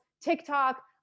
TikTok